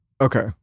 okay